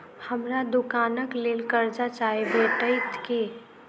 हमरा दुकानक लेल कर्जा चाहि भेटइत की?